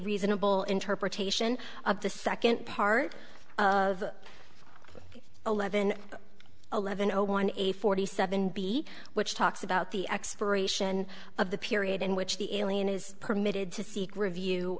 reasonable interpretation of the second part of eleven eleven zero one eight forty seven b which talks about the expiration of the period in which the alien is permitted to seek review